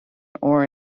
ore